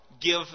give